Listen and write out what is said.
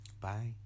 Bye